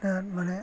दा माने